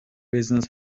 business